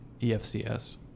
EFCS